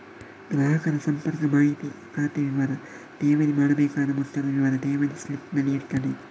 ಗ್ರಾಹಕರ ಸಂಪರ್ಕ ಮಾಹಿತಿ, ಖಾತೆ ವಿವರ, ಠೇವಣಿ ಮಾಡಬೇಕಾದ ಮೊತ್ತದ ವಿವರ ಠೇವಣಿ ಸ್ಲಿಪ್ ನಲ್ಲಿ ಇರ್ತದೆ